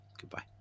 goodbye